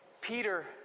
Peter